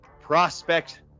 Prospect